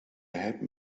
had